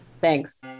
thanks